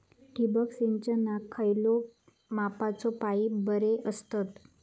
ठिबक सिंचनाक खयल्या मापाचे पाईप बरे असतत?